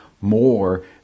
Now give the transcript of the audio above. more